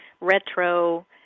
retro